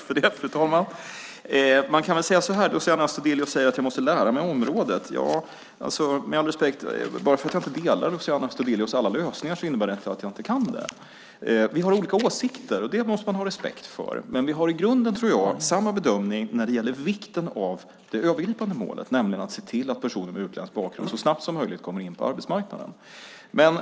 Fru talman! Luciano Astudillo säger att jag måste lära mig området. Med all respekt: Bara för att jag inte delar Luciano Astudillos alla lösningar innebär det inte att jag inte kan det där. Vi har olika åsikter, och det måste man ha respekt för. Men vi har i grunden, tror jag, samma bedömning när det gäller vikten av det övergripande målet, nämligen att se till att personer med utländsk bakgrund så snabbt som möjligt kommer in på arbetsmarknaden.